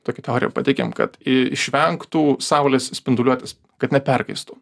tokią teoriją pateikėm kad išvengtų saulės spinduliuotės kad neperkaistų